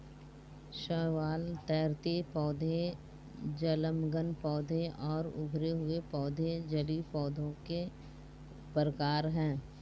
शैवाल, तैरते पौधे, जलमग्न पौधे और उभरे हुए पौधे जलीय पौधों के प्रकार है